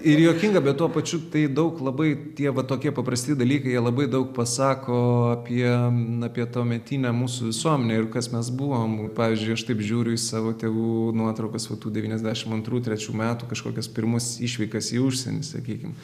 juokinga bet tuo pačiu tai daug labai tie va tokie paprasti dalykai jie labai daug pasako apie apie tuometinę mūsų visuomenę ir kas mes buvom pavyzdžiui aš taip žiūriu į savo tėvų nuotraukas va tų devyniasdešim antrų trečių metų kažkokias pirmas išvykas į užsienį sakykim